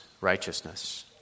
righteousness